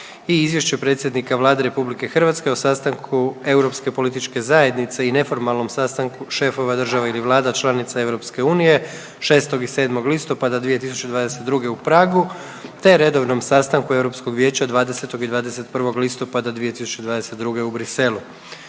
Izvješće predsjednika Vlade RH o sastanku Europske političke zajednice i neformalnom sastanku šefova država ili vlada članica EU 6. i 7. listopada 2022. u Pragu te redovnom sastanku Europskog vijeća 20. i 21. listopada 2022. u Bruxellesu.